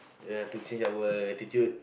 ya to change our attitude